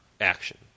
action